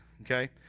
okay